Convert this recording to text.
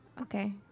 Okay